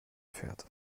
pferd